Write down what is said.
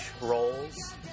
roles